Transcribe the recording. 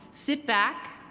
sit back,